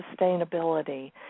sustainability